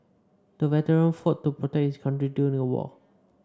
the veteran fought to protect his country during the war